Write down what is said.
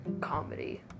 comedy